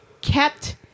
kept